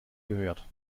gehört